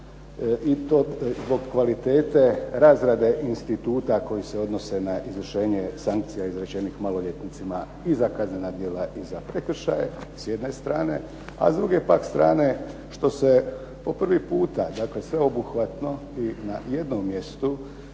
i to zbog kvalitete razrade instituta koji se odnose na izvršenje sankcija izrečene maloljetnicima i za kaznena djela i za prekršaje, s jedne strane. A s druge pak strane što se po prvi puta, dakle sveobuhvatno i na jednom mjestu,